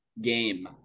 game